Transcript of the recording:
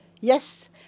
yes